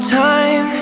time